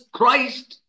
Christ